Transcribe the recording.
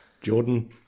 Jordan